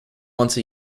once